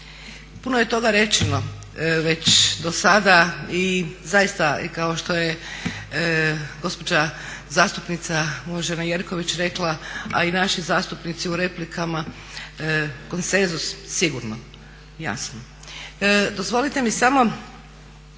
Puno je toga rečeno već dosada i zaista i kao što je gospođa zastupnica uvažena Jerković rekla, a i naši zastupnici u replikama, konsenzus sigurno, jasno. Dozvolite mi samo